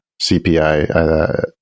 CPI